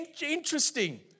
interesting